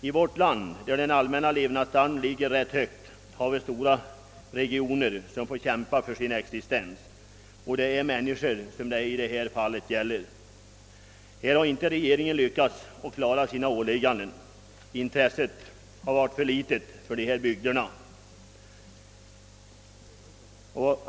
I vårt land, där den allmänna levnadsstandarden ligger rätt högt, har vi stora regioner som får kämpa för sin existens. Det är människor det gäller. Här har regeringen inte lyckats klara sina åligganden, och intresset för dessa bygder har varit för litet.